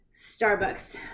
Starbucks